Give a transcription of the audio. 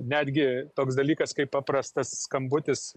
netgi toks dalykas kaip paprastas skambutis